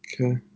okay